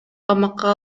камакка